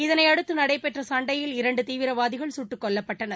இதனை அடுத்து நடைபெற்ற சண்டையில் இரண்டு தீவிரவாதிகள் சுட்டுக்கொல்லப்பட்டனர்